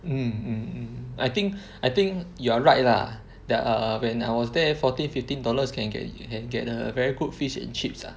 mm mm mm I think I think you are right lah that err when I was there fourteen fifteen dollars can get you can get a very good fish and chips ah